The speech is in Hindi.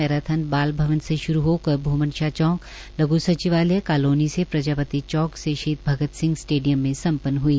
मैराथन बाल भ्वन से श्रू होकर भूमण शाह चौक लघ् सचिवालय कालोनी से प्रजापति चौक से शहीद भगत सिंह स्टेडियम में संपन्न हुई